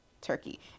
turkey